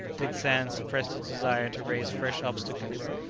dick sands suppressed his desire to raise fresh obstacles,